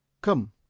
Come